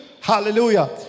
hallelujah